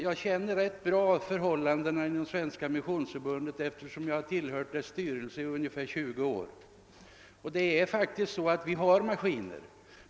Jag känner rätt bra förhållandena inom Svenska missionsförbundet, eftersom jag tillhört dess styrelse i ungefär 20 år. Det är faktiskt så att vi har maskiner.